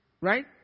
Right